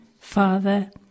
father